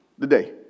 today